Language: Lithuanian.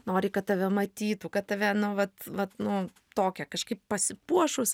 nori kad tave matytų kad tave nu vat vat nu tokia kažkaip pasipuošus